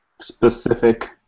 specific